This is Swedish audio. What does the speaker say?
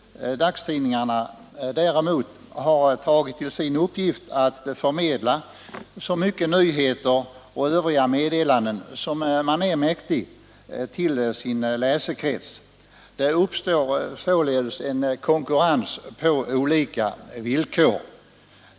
Dagstidningarna däremot har tagit till sin uppgift att förmedla så mycket nyheter och övriga meddelanden som de är mäktiga till sin läsekrets. Det uppstår således en konkurrens på olika villkor.